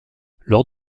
lors